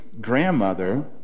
grandmother